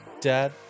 dad